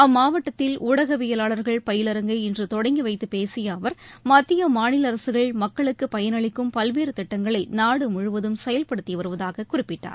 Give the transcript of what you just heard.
அம்மாவட்டத்தில் ஊடகவியலாளர்கள் பயிலரங்கை இன்று தொடங்கி வைத்து பேசிய அவர் மத்திய மாநில அரசுகள் மக்களுக்கு பயனளிக்கும் பல்வேறு திட்டங்களை நாடு முழுவதும் செயல்படுத்தி வருவதாகக் குறிப்பிட்டார்